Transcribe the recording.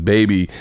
Baby